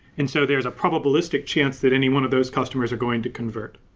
and so there's a probabilistic chance that any one of those customers are going to convert.